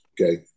Okay